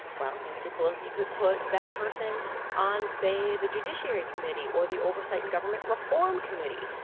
well, nancy pelosi could put that person on, say, the judiciary committee or the oversight and government reform committee.